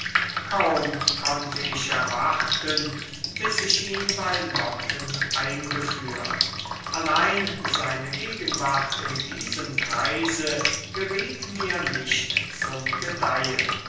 kaum konnte ich erwarten bis ich ihn bei lotten eingeführt allein seine gegenwart in diesem kreise geriet mir nicht zum gedeihen